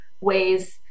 ways